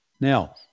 Now